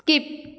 skip